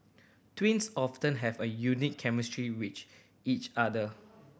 twins often have a unique chemistry which each other